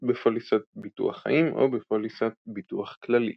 בפוליסת ביטוח חיים או בפוליסת ביטוח כללי.